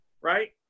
right